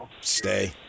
stay